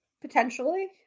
potentially